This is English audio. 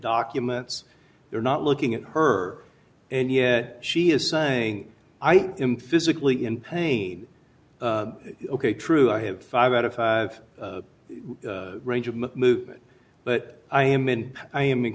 documents they're not looking at her and yet she is saying i am physically in pain ok true i have five out of five range of movement but i am in i am in